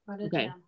okay